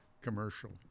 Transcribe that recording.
commercial